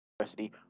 university